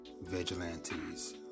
Vigilantes